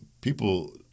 People